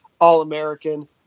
All-American